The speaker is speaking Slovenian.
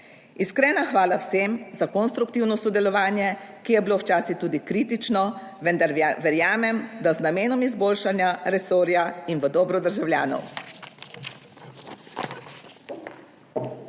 Iskrena hvala vsem za konstruktivno sodelovanje, ki je bilo včasih tudi kritično, vendar verjamem, da z namenom izboljšanja resorja in v dobro državljanov.